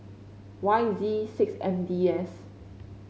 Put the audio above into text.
Y Z six M D S